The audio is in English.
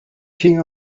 king